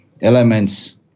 elements